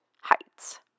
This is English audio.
heights